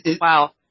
Wow